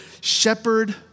shepherd